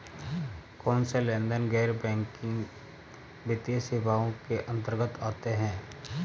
कौनसे लेनदेन गैर बैंकिंग वित्तीय सेवाओं के अंतर्गत आते हैं?